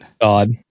God